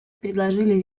предложили